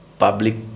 public